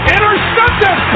Intercepted